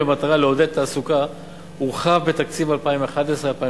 במטרה לעודד תעסוקה הורחב בתקציב 2011 2012